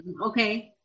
Okay